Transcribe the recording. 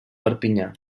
perpinyà